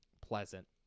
pleasant